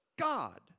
God